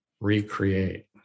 recreate